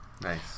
Nice